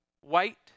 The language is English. White